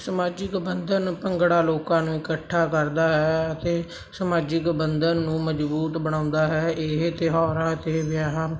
ਸਮਾਜਿਕ ਬੰਧਨ ਭੰਗੜਾ ਲੋਕਾਂ ਨੂੰ ਇਕੱਠਾ ਕਰਦਾ ਹੈ ਅਤੇ ਸਮਾਜਿਕ ਬੰਧਨ ਨੂੰ ਮਜ਼ਬੂਤ ਬਣਾਉਂਦਾ ਹੈ ਇਹ ਤਿਉਹਾਰਾਂ ਅਤੇ ਵਿਆਹਾਂ